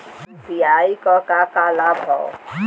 UPI क का का लाभ हव?